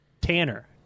Tanner